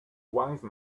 wise